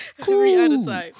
Cool